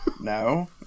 No